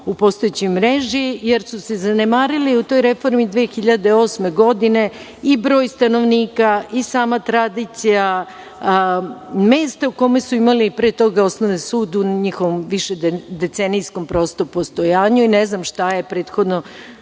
u postojećoj mreži, jer su se zanemarili u toj reformi 2008. godine i broj stanovnika i sama tradicija mesta u kome su imali pre toga osnovni sud u njihovom višedecenijskom postojanju. Ne znam šta je prethodno